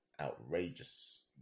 outrageous